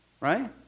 right